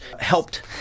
helped